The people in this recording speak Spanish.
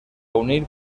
unir